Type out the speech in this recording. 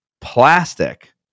plastic